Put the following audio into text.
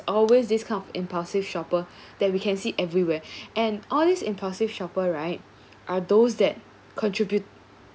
always this kind of impulsive shopper that we can see everywhere and all these impulsive shopper right are those that contribute